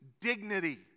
Dignity